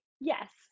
yes